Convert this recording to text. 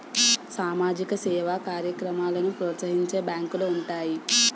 సామాజిక సేవా కార్యక్రమాలను ప్రోత్సహించే బ్యాంకులు ఉంటాయి